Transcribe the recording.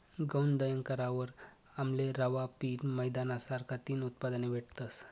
गऊनं दयन करावर आमले रवा, पीठ, मैदाना सारखा तीन उत्पादने भेटतस